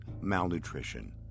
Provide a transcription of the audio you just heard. malnutrition